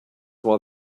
while